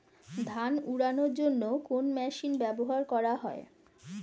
ধান উড়ানোর জন্য কোন মেশিন ব্যবহার করা হয়?